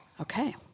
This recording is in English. Okay